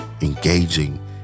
engaging